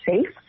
safe